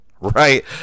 Right